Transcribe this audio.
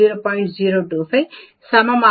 05 இது 1